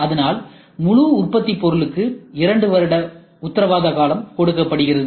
அதனால் முழு உற்பத்தி பொருளுக்கு இரண்டு வருட உத்தரவாத காலம் கொடுக்கப்படுகிறது